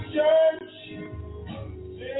church